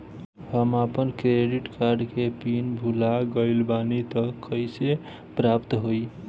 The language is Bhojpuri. हम आपन क्रेडिट कार्ड के पिन भुला गइल बानी त कइसे प्राप्त होई?